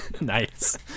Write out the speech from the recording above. nice